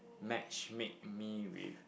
match make me with